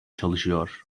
çalışıyor